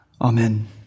Amen